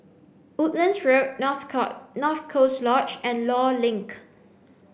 woodlands Road North North Coast Lodge and Law Link